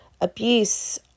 abuse